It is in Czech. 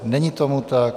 Není tomu tak.